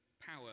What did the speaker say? power